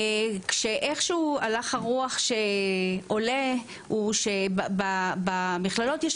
כשאיכשהו הלך הרוח שעולה הוא שבמכללות יש